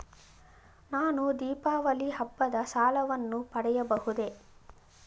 ನಾನು ದೀಪಾವಳಿ ಹಬ್ಬದ ಸಾಲವನ್ನು ಪಡೆಯಬಹುದೇ?